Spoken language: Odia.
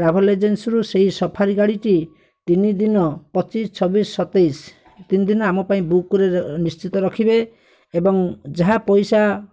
ଟ୍ରାଭେଲ୍ ଏଜେନ୍ସିରୁ ସେହି ସଫାରି ଗାଡ଼ିଟି ତିନି ଦିନ ପଚିଶ ଚବିଶ ସତେଇଶ ତିନି ଦିନ ଆମ ପାଇଁ ବୁକ୍ କରି ନିଶ୍ଚିତ ରଖିବେ ଏବଂ ଯାହା ପଇସା